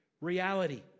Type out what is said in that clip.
reality